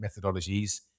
methodologies